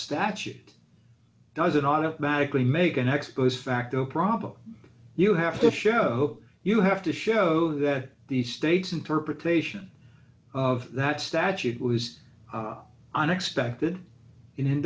statute doesn't automatically make an expos facto problem you have to show you have to show that the states interpretation of that statute was unexpected in